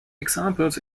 examples